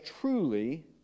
truly